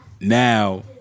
now